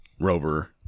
Rover